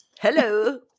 Hello